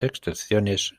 excepciones